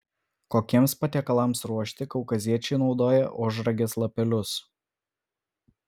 kokiems patiekalams ruošti kaukaziečiai naudoja ožragės lapelius